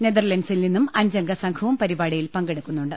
നെതർലൻസിൽനിന്ന് അഞ്ചംഗസംഘവും പരിപാടിയിൽ പങ്കെടുക്കുന്നുണ്ട്